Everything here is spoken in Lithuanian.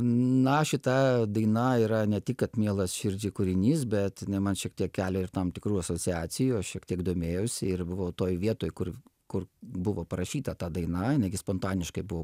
na šita daina yra ne tik kad mielas širdžiai kūrinys bet man šiek tiek kelia ir tam tikrų asociacijų šiek tiek domėjausi ir buvau toj vietoj kur kur buvo parašyta ta daina jinai gi spontaniškai buvo